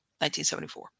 1974